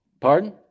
Pardon